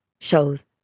shows